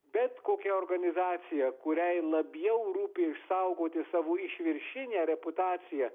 bet kokia organizacija kuriai labiau rūpi išsaugoti savo išviršinę reputaciją